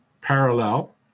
parallel